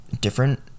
different